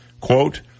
quote